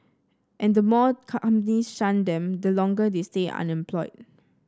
and the more companies shun them the longer they stay unemployed